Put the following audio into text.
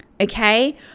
okay